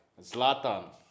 Zlatan